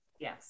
Yes